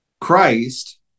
Christ